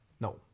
No